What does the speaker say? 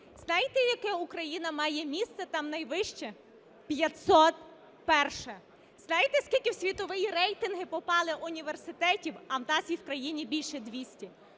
Знаєте, яке Україна має місце там найвище? 501-е. Знаєте, скільки в світові рейтинги попало університетів, а у нас їх в країні більше 200?